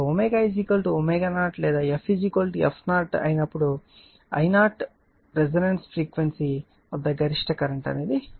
ω ω0 లేదా f f0 అయినప్పుడు డు I0 రెసోనెన్స్ ఫ్రీక్వెన్సీ వద్ద గరిష్ట కరెంట్ అవుతుంది